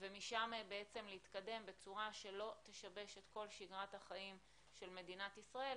ומשם להתקדם בצורה שלא תשבש את כול שגרת החיים של מדינת ישראל,